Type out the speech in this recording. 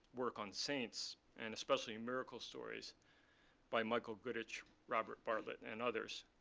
work on saints and especially and miracle stories by michael goodich, robert bartlett, and others.